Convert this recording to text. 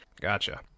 Gotcha